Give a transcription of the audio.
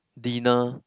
dinner